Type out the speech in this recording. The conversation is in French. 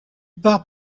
part